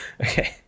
Okay